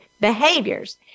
behaviors